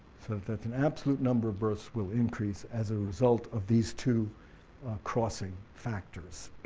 that the absolute number of births will increase as a result of these two crossing factors.